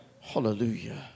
Hallelujah